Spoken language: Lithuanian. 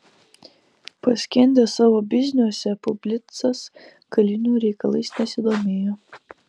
paskendęs savo bizniuose bublicas kalinių reikalais nesidomėjo